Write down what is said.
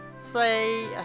say